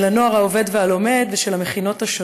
של הנוער העובד והלומד ושל המכינות.